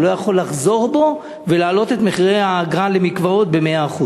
הוא לא יכול לחזור בו ולהעלות את האגרה במקוואות ב-100%.